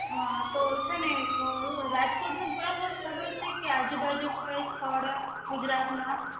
હા તો છે ને એક રાજકોટનું જ પ્રોપર ખબર છે કે આજુબાજુ કાંઇ સ્થળ ગુજરાતનાં